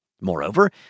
Moreover